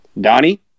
donnie